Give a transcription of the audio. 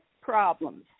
problems